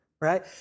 right